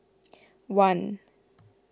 one